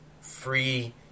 free